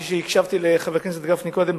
כפי שהקשבתי לחבר הכנסת גפני קודם,